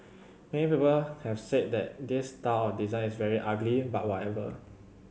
many people have said that this style of design is very ugly but whatever